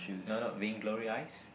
no not being glory eyes